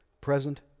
present